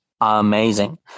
amazing